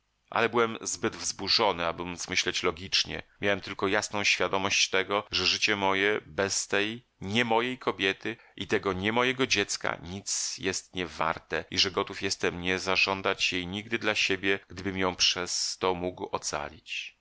ale byłem zbyt wzburzony aby móc myśleć logicznie miałem tylko jasną świadomość tego że życie moje bez tej nie mojej kobiety i tego nie mojego dziecka nic nie jest warte i że gotów jestem nie zażądać jej nigdy dla siebie gdybym ją przez to mógł ocalić